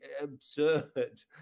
absurd